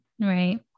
Right